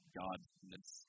godness